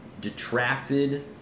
detracted